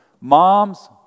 Moms